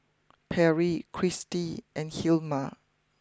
Perri Kristy and Hilma